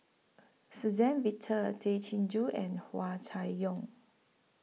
Suzann Victor Tay Chin Joo and Hua Chai Yong